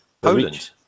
Poland